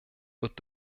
wird